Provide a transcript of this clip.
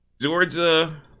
Georgia